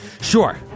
Sure